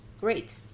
great